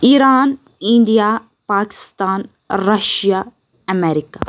Iran India Pakistan Russia America